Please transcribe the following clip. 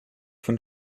von